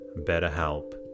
BetterHelp